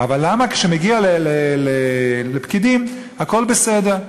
אבל למה כשזה מגיע לפקידים הכול בסדר?